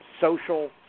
social